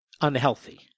unhealthy